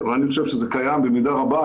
אני חושב שזה קיים במידה רבה.